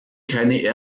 keine